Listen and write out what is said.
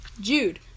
Jude